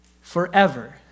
forever